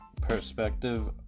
perspective